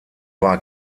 war